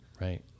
Right